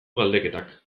galdeketak